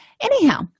Anyhow